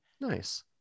Nice